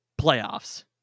playoffs